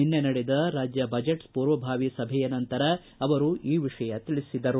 ನಿನ್ನೆ ನಡೆದ ಬಜೆಟ್ ಪೂರ್ವಭಾವಿ ಸಭೆಯ ನಂತರ ಅವರು ಈ ವಿಷಯ ತಿಳಿಸಿದರು